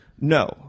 No